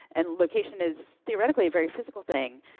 and location is theoretically a very physical thing.